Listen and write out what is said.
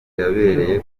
yabereye